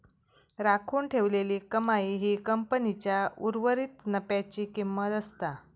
राखून ठेवलेली कमाई ही कंपनीच्या उर्वरीत नफ्याची किंमत असता